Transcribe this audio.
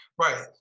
Right